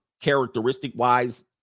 characteristic-wise